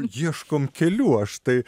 ieškom kelių aš tai